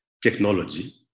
technology